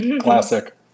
Classic